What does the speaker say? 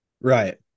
right